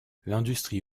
l’industrie